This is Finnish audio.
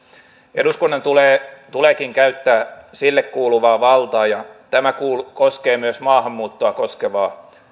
eduskunnan tuleekin käyttää sille kuuluvaa valtaa ja tämä koskee myös maahanmuuttoa koskevaa